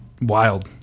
wild